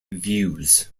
views